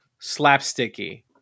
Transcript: slapsticky